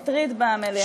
ממש מטריד במליאה.